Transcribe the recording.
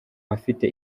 afite